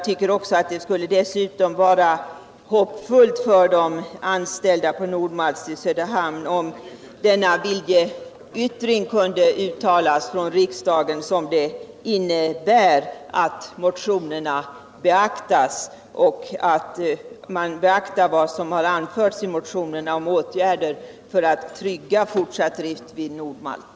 Dessutom skulle det vara hoppfullt för de anställda på Nord-Malt i Söderhamn om riksdagen avgav den viljeyttring som det innebär att man beaktar vad som har anförts i motionerna om åtgärder för att trygga fortsatt drift vid Nord-Malt.